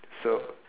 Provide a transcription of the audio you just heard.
so